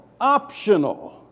optional